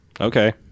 okay